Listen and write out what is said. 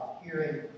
hearing